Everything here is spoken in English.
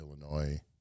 Illinois